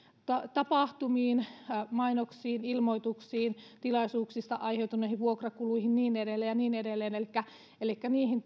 tapahtumiin mainoksiin ilmoituksiin tilaisuuksista aiheutuneihin vuokrakuluihin ja niin edelleen ja niin edelleen elikkä elikkä niihin